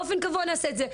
באופן קבוע, נעשה את זה.